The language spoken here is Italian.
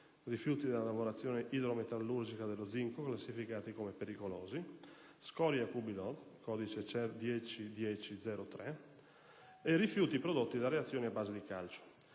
rifiuti della lavorazione idrometallurgica dello zinco classificati come rifiuti pericolosi) "scoria cubilot" (codice CER 10 10 03) e "rifiuti prodotti" da reazioni a base di calcio.